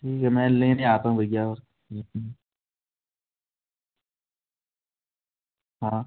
ठीक है मैं लेने आता हूँ भैया हाँ